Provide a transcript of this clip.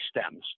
stems